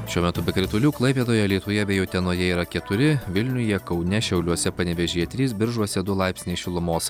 šiuo metu be kritulių klaipėdoje alytuje bei utenoje yra keturi vilniuje kaune šiauliuose panevėžyje trys biržuose du laipsniai šilumos